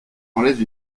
enlève